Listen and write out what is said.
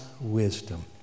wisdom